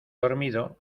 dormido